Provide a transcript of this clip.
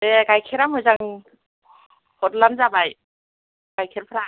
दे गाइखेरा मोजां हरब्लानो जाबाय गाइखेरफ्रा